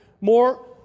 more